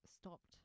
stopped